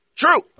true